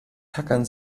tackern